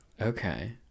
Okay